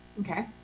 Okay